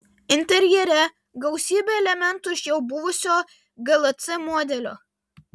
interjere gausybė elementų iš jau buvusio glc modelio